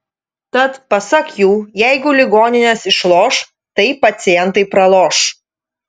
tad pasak jų jeigu ligoninės išloš tai pacientai praloš